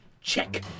Check